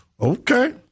okay